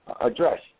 address